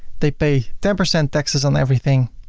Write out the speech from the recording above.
they pay ten percent taxes on everything.